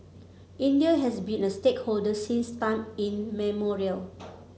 India has been a stakeholder since time immemorial